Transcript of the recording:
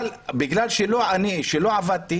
-- אבל בגלל שלא עבדתי